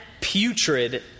putrid